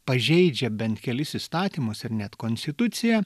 pažeidžia bent kelis įstatymus ir net konstituciją